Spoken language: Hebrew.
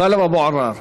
טלב אבו עראר,